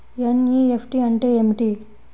NEFT అంటే ఏమిటి?